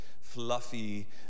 fluffy